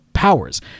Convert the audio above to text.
powers